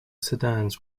sedans